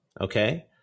okay